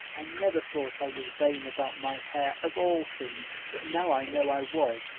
i never thought i was vain about my hair, of all things, but now i know i was,